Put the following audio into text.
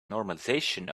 normalization